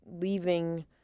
leaving